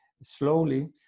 slowly